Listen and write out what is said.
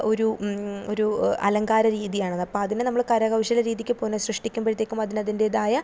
ഒരു ഒരു അലങ്കാര രീതിയാണത് അപ്പം അതിനെ നമ്മൾ കരകൗശല രീതിയ്ക്ക് പുനഃസൃഷ്ടിക്കുമ്പോഴത്തേയ്ക്കും അതിന് അതിൻറ്റേതായ